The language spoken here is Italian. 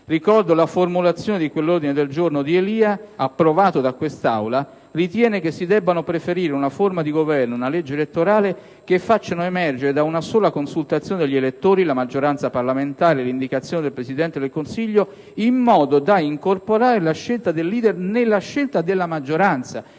Ricordo la formulazione di quell'ordine del giorno, presentato da Leopoldo Elia e approvato in quest'Aula, che così recitava: «(...) ritiene che si debbano preferire una forma di Governo ed una legge elettorale che facciano emergere da una sola consultazione degli elettori la maggioranza parlamentare e l'indicazione del Presidente del Consiglio, in modo da incorporare la scelta del leader nella scelta della maggioranza»